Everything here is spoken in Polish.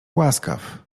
łaskaw